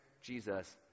Jesus